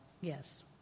Yes